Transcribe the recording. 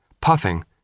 Puffing